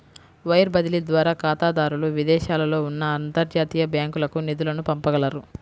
wire బదిలీ ద్వారా ఖాతాదారులు విదేశాలలో ఉన్న అంతర్జాతీయ బ్యాంకులకు నిధులను పంపగలరు